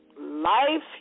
life